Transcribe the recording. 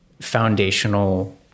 foundational